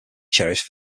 cherished